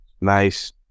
nice